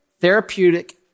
therapeutic